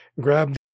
grab